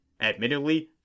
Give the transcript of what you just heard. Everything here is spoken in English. Admittedly